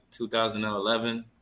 2011